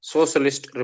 Socialist